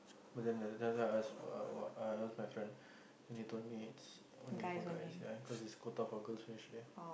but then like that's why I ask what what I ask my friend then they told me it's only for guys ya cause there's quota for girls initially